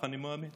בכך אני מאמין.